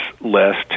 list